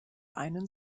einen